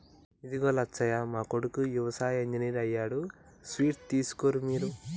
ఇదిగో లచ్చయ్య మా కొడుకు యవసాయ ఇంజనీర్ అయ్యాడు స్వీట్స్ తీసుకోర్రి మీరు